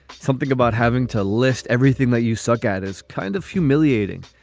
something about having to list everything that you suck at as kind of humiliating.